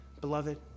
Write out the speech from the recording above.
beloved